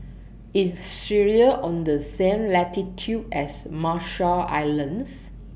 IS Syria on The same latitude as Marshall Islands